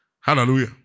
Hallelujah